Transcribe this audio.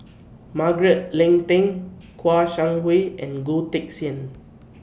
Margaret Leng Tan Kouo Shang Wei and Goh Teck Sian